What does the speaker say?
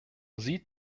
sieht